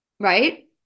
Right